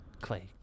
Clay